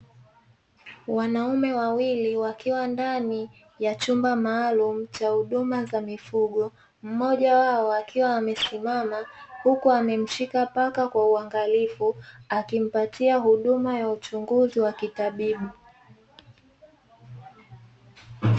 Wanaume wawili wakiwa ndani ya chumba maalum cha huduma za mifugo, mmoja wao akiwa amesimama huku amemshika paka kwa uangalifu, akimpatia huduma ya uchubguzi wa kitabibu.